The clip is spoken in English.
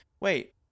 Wait